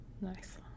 nice